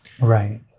Right